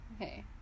Okay